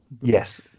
Yes